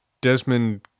Desmond